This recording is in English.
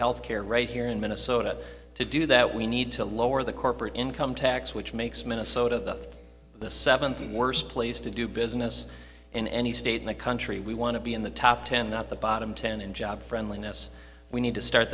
health care right here in minnesota to do that we need to lower the corporate income tax which makes minnesota the the seventh worst place to do business in any state in the country we want to be in the top ten not the bottom ten in job friendliness we need to start